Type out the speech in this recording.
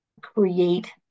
create